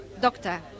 doctor